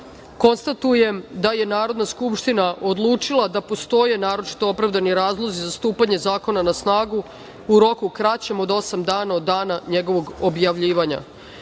poslanika. Konstatujem da je Narodna skupština odlučila da postoje naročito opravdani razlozi za stupanje zakona na snagu u roku kraćem od osam dana od dana njegovog objavljivanja. Pošto